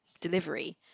delivery